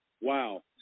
wow